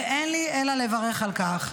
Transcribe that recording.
ואין לי אלא לברך על כך.